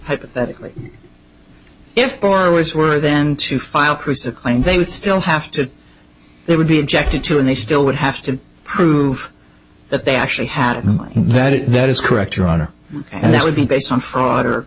hypothetically if borrowers were then to file chris a claim they would still have to they would be objected to and they still would have to prove that they actually had that if that is correct your honor and that would be based on fraud or